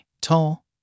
Tall